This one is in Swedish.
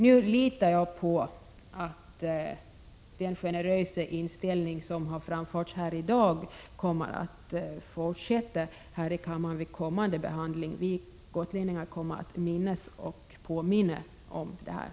Jag litar på att den generösa inställning som här i dag har redovisats kommer att bestå vid kommande behandling här i kammaren. Vi gotlänningar kommer ätt minnas och påminna om detta.